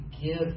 give